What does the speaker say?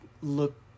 look